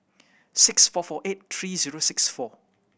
six four four eight three zero six four